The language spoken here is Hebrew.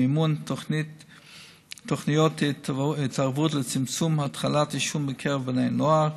למימון תוכניות התערבות לצמצום התחלת עישון בקרב בני נוער,